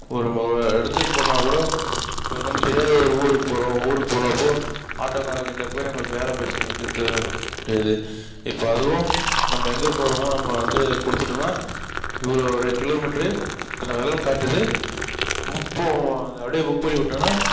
இப்போது நம்ம ஒரு இடத்துக்கு போகணுன்னாக்கூட இப்போ நமக்கு தெரியாத ஒரு ஊருக்கு போகிறோம் ஊருக்கு போகிறப்போ ஆட்டோக்காரன் கிட்ட போய் நம்ம பேரம் பேசின்னு இருக்கிறது கிடையாது இப்போ அதுவும் நம்ம எங்கே போகிறோமோ நம்ம வந்து கொடுத்துட்டோன்னா இவ்வளோ கிலோமீட்டர் இத்தனை காட்டுது அப்படி புக் பண்ணி விட்டோம்னா